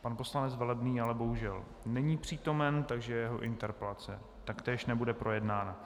Pan poslanec Velebný ale bohužel není přítomen, takže jeho interpelace taktéž nebude projednána.